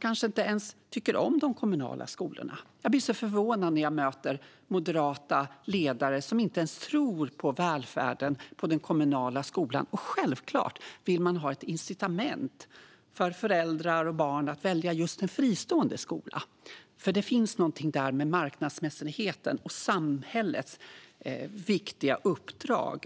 kanske inte ens tycker om de kommunala skolorna. Jag blir så förvånad när jag möter moderata ledare som inte ens tror på välfärden på den kommunala skolan. Självklart vill man ha ett incitament för föräldrar och barn att välja just en fristående skola. Det finns någonting där med marknadsmässigheten och samhällets viktiga uppdrag.